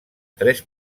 tres